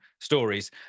stories